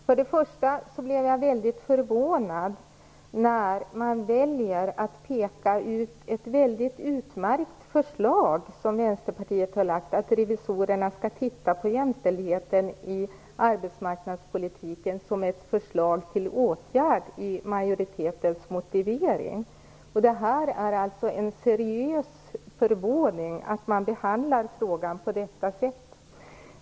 Först och främst blev jag mycket förvånad när man väljer att peka ut ett utmärkt förslag, som Vänsterpartiet har lagt fram, nämligen att revisorerna skall titta på jämställdheten i arbetsmarknadspolitiken, som ett förslag till åtgärd i majoritetens motivering. Det här är alltså en seriös förvåning över att man behandlar frågan på detta sätt.